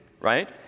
Right